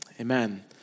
Amen